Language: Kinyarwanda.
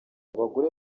bagore